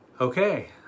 okay